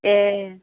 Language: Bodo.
ए